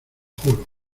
juro